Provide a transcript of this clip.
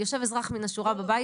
יושב אזרח מהשורה בבית,